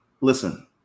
listen